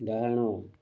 ଡାହାଣ